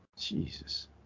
jesus